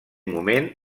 moment